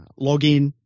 Login